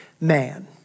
man